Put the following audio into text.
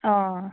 অঁ